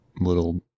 little